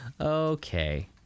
Okay